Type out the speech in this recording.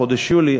בחודש יולי,